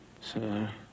Sir